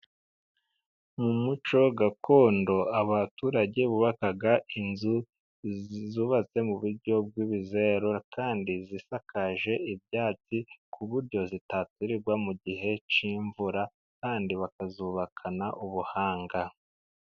Mu muco gakondo, abaturage bubaka inzu, zubatse mu buryo bwibizeru kandi zisakaje ibyatsi, kuburyo zidaturirwa mu gihe cy'imvura kandi bakazubakana ubuhanga.